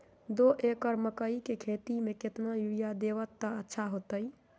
दो एकड़ मकई के खेती म केतना यूरिया देब त अच्छा होतई?